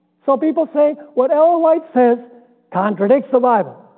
so people say what ellen white says contradicts the bible